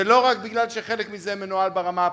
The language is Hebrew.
זה לא רק משום שחלק מזה מנוהל ברמה הפרטית.